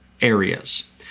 areas